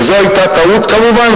וזו היתה טעות, כמובן.